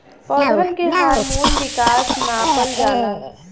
पौधन के हार्मोन विकास नापल जाला